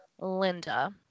Linda